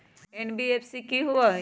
NBFC कि होअ हई?